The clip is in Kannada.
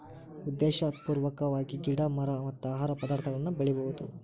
ಉದ್ದೇಶಪೂರ್ವಕವಾಗಿ ಗಿಡಾ ಮರಾ ಮತ್ತ ಆಹಾರ ಪದಾರ್ಥಗಳನ್ನ ಬೆಳಿಯುದು